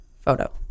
photo